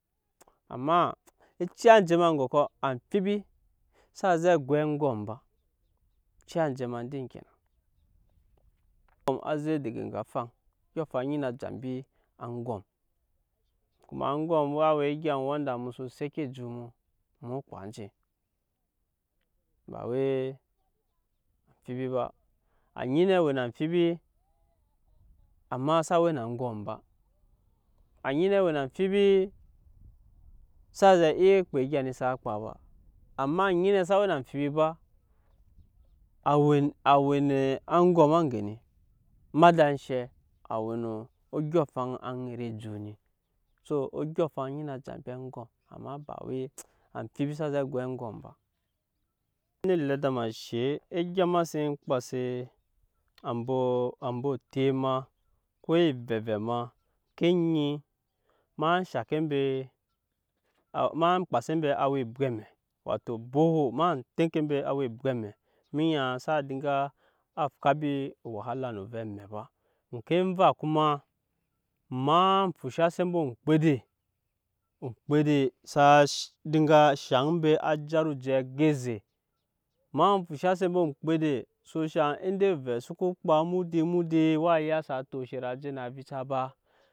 Amma eciya enje ma eŋgɔkɔ amfibi xsa zɛ goi aŋgɔm ba eciya enje ma din kenan aŋgɔm a zek daga eŋge afaŋ odyɔŋ afaŋ eni na ja mbi aŋgɔm. Aŋgɔm á we egya wanda mu soko seke ejut mu mu woo kpa nje ba wai amfibi ba. Anyi nɛ we na amfibi amma xsa we na aŋgɔm ba anyi nɛ we na amfibi xsa zɛ iya kpa egya ni sa iya ekpa ba amma anyi nɛ xsa we na amfibi ba a we na aŋgɔm aŋge ni emada enshɛ a we no odyɔŋ afaŋ aŋɛt ejut ni so odyɔŋ afaŋ ei naa ja mbi aŋgɔm amma ba wai amfibi xsa zɛ goi aŋgɔm ba egya ma sen kpase ambɔ ambe otep ma ko evɛvɛ ma eŋke nyi ma shaŋke mbe ma kpase mbe awa ebwɛ amɛ wato borhole, ma teŋke mbe awa ebwɛ amɛ emenya xsa dinga á fwabi wahala no ovɛ amɛ ba, oŋke emva kuma ma fushase mbe oŋmkpede oŋmkpede sa dinga shaŋ mbe á jara oje á go eze ma fushase mbe oŋmkpede indei ovɛ soko kpa modei modei waa iya saa ti oshet á je na vica ba.